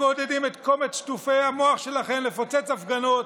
מעודדים את קומץ שטופי המוח שלכם לפוצץ הפגנות.